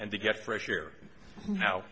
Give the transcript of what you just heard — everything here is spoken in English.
and to get fresh air no